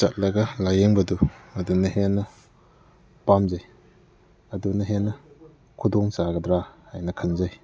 ꯆꯠꯂꯒ ꯂꯥꯏꯌꯦꯡꯕꯗꯨ ꯃꯗꯨꯅ ꯍꯦꯟꯅ ꯄꯥꯝꯖꯩ ꯑꯗꯨꯅ ꯍꯦꯟꯅ ꯈꯨꯗꯣꯡ ꯆꯥꯒꯗ꯭ꯔꯥ ꯍꯥꯏꯅ ꯈꯟꯖꯩ